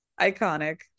Iconic